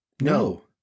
No